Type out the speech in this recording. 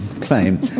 claim